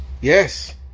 Yes